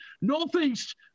Northeast